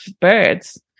birds